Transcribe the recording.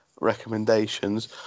recommendations